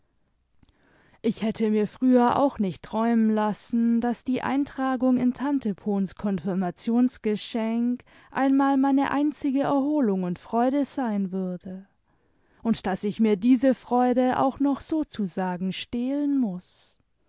ich hätttt mir früher auch nicht träumen lassen daß die eintragung in tante pohns konfirmationsgeschenk einmal meine einzige erholung und freude sein würde und daß ich mir diese freude auch noch sozusagen stehlen muß